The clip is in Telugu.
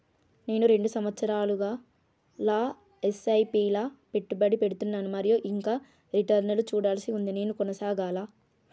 నేను రెండు సంవత్సరాలుగా ల ఎస్.ఐ.పి లా పెట్టుబడి పెడుతున్నాను మరియు ఇంకా రిటర్న్ లు చూడాల్సి ఉంది నేను కొనసాగాలా?